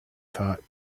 thought